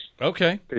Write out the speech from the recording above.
Okay